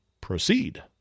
proceed